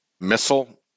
missile